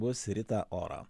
bus rita ora